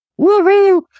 woohoo